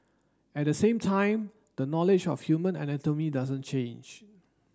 at the same time the knowledge of human anatomy doesn't change